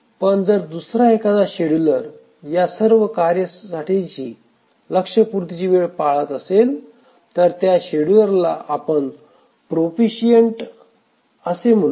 पण जर दुसरा एखादा शेड्युलर या सर्व कार्यांसाठीची लक्ष्य पूर्तीची वेळ पाळत असेल तर त्या शेड्युलरला आपण प्रोफिशिएंट असे म्हणू